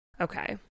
Okay